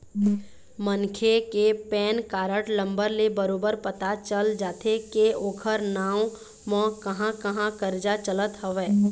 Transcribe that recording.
मनखे के PAN card number ले बरोबर पता चल जाथे के ओखर नांव म कहाँ कहाँ करजा चलत हवय